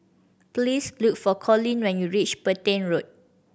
please look for Collins when you reach Petain Road